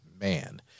man